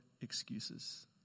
excuses